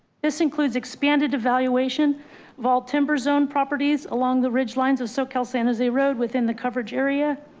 this includes expanded evaluation of all timber zone properties along the ridge lines of soquel san jose road within the coverage area,